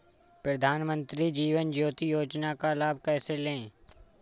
प्रधानमंत्री जीवन ज्योति योजना का लाभ कैसे लें?